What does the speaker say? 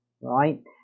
right